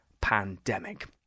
pandemic